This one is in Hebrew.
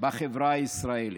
בחברה הישראלית.